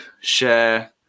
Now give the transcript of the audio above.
share